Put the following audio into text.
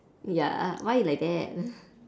ya why you like that